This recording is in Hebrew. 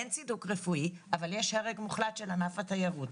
אין צידוק רפואי אבל יש הרג מוחלט של ענף התיירות.